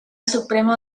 supremo